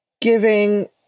giving